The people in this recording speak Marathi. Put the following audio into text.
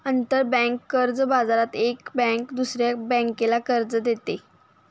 आंतरबँक कर्ज बाजारात एक बँक दुसऱ्या बँकेला कर्ज देते